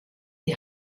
die